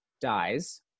dies